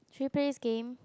should we play this game